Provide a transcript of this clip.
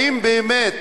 האם באמת